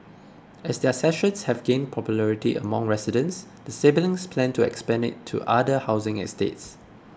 as their sessions have gained popularity among residents the siblings plan to expand it to other housing estates